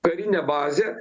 karinę bazę